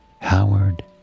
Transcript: Howard